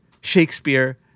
Shakespeare